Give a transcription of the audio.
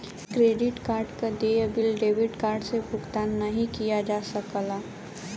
credit card क देय bill debit card से भुगतान नाहीं किया जा सकला